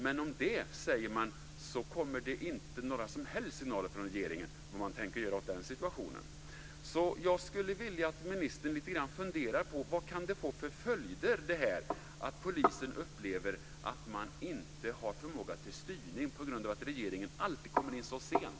Men det kommer inte några som helst signaler från regeringen om vad man tänker göra åt den situationen Jag skulle vilja att ministern funderar på vilka följder det kan få att polisen upplever att den inte har förmåga till styrning på grund av att regeringen alltid kommer in så sent.